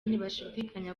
ntibashidikanya